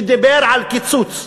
שדיבר על קיצוץ,